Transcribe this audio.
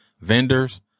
vendors